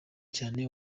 cyane